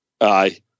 Aye